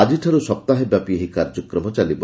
ଆଜିଠାରୁ ସପ୍ତାହେ ବ୍ୟାପି ଏହି କାର୍ଯ୍ୟକ୍ରମ ଚାଲିବ